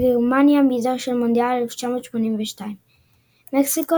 וגרמניה מזו של מונדיאל 1982. מקסיקו,